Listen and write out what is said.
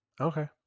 Okay